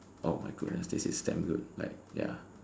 oh my goodness this is damn good like ya